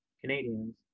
Canadians